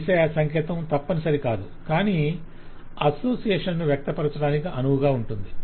ఈ దిశ సంకేతం తప్పనిసరికాదు కానీ అసోసియేషన్ ను వ్యక్తపరచటానికి అనువుగా ఉంటుంది